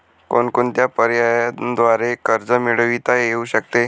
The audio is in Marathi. कोणकोणत्या पर्यायांद्वारे कर्ज मिळविता येऊ शकते?